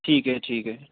ٹھیک ہے ٹھیک ہے